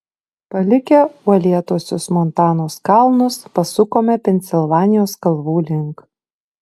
palikę uolėtuosius montanos kalnus pasukome pensilvanijos kalvų link